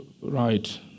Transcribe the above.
Right